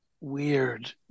weird